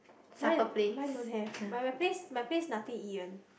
mine mine don't have my my place my place nothing to eat one